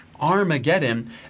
Armageddon